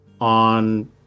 on